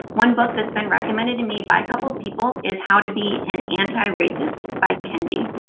one book that's been recommended to me by a couple of people is how to be an anti-racist by kendi.